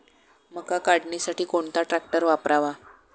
मका काढणीसाठी कोणता ट्रॅक्टर वापरावा?